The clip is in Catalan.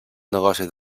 negoci